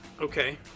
Okay